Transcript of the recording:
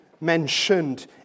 mentioned